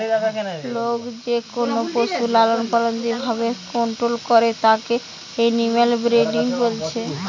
লোক যেকোনো পশুর লালনপালন যে ভাবে কন্টোল করে তাকে এনিম্যাল ব্রিডিং বলছে